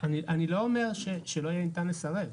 אני לא אומר שלא יהיה ניתן לסרב.